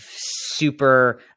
super